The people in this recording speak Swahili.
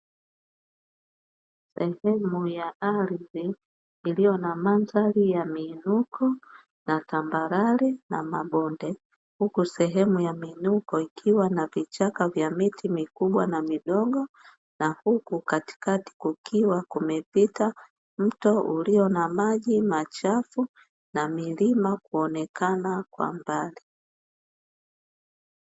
Sehemu ya ardhi iliyo na mandhari ya miinuko, na tambarare na mabonde, huku sehemu ya miinuko ikiwa na vichaka vya miti mikubwa na midogo, na huku katikati kukiwa kumepitiwa na mto uliojaa maji machafu na milima ikionekana kwa mbali.